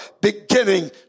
beginning